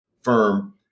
firm